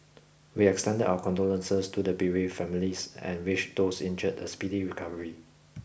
we extend our condolences to the bereaved families and wish those injured a speedy recovery